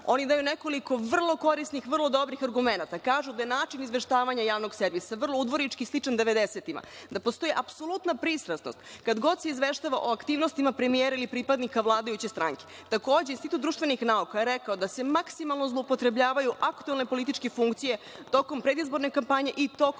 Oni imaju nekoliko vrlo korisnih, vrlo dobrih argumenata. Kažu da je način izveštavanja javnog servisa vrlo udvornički i sličan devedesetim, da postoji apsolutna pristrasnost kad god se izveštava o aktivnostima premijera ili pripadnika vladajuće stranke. Takođe, Institut društvenih nauka je rekao da se maksimalno zloupotrebljavaju aktuelne političke funkcije tokom predizborne kampanje i tokom